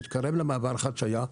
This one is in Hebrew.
מתקרב למעבר חצייה,